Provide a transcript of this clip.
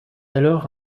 alors